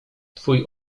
twój